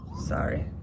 Sorry